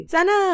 Sana